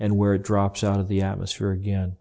and where drops out of the atmosphere again